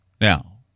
Now